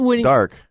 dark